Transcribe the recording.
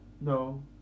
No